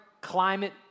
climate